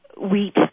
wheat